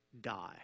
die